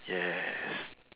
yes